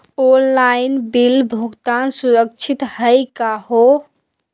Online bill भुगतान सुरक्षित हई का हो?